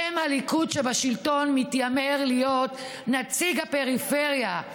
הליכוד שבשלטון מתיימר להיות נציג הפריפריה,